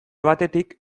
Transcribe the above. batetik